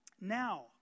Now